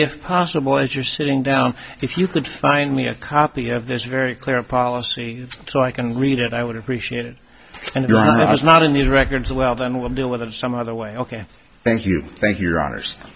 if possible as you're sitting down if you could find me a copy of this very clear policy so i can read it i would appreciate it and your was not in these records well then we'll deal with it some other way ok thank you thank your hono